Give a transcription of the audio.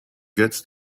gets